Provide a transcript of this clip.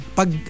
pag